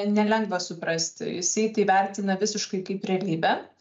nelengva suprasti jisai tai vertina visiškai kaip realybę